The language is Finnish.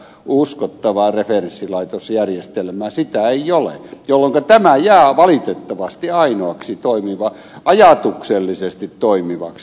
kokonaisvaltaista uskottavaa referenssilaitosjärjestelmää ei ole jolloinka tämä jää valitettavasti ainoaksi ajatuksellisesti toimivaksi vaihtoehdoksi